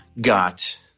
got